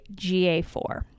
GA4